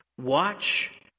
Watch